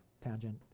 tangent